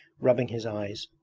rubbing his eyes.